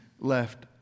left